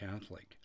Catholic